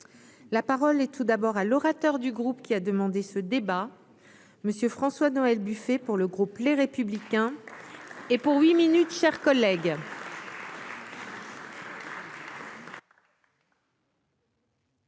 la parole et tout d'abord à l'orateur du groupe, qui a demandé ce débat Monsieur François Noël Buffet pour le groupe. Les républicains et pour huit minutes chers collègues.